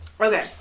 okay